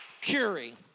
Curie